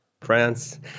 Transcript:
France